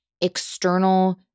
external